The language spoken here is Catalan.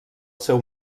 seu